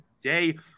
today